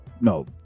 no